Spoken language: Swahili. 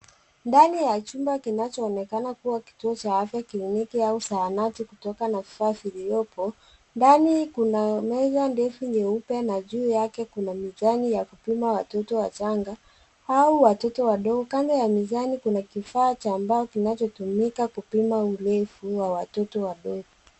Ndani ya chumba kinachoonekana kuwa kituo cha afya, kliniki au zahanati kutokana na vifaa viliopo. Ndani kuna meza ndefu nyeupe na ndani yake kuna mizani ya kupima watoto wachanga au watoto wadogo. Kando ya mezani kuna kifaa cha mbao kinachotumika kupima urefu wa watoto wadogo.